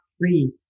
three